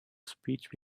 speech